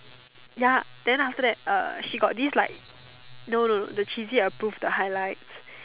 ya then after that uh he got this like no no the cheesy approve the highlights